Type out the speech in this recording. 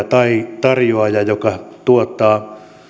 tai tarjoaja joka tuottaa